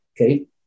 Okay